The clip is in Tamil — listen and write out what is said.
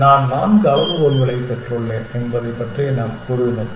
நான் நான்கு அளவுகோல்களைப் பெற்றுள்ளேன் என்பதை பற்றி நாம் கூறினோம்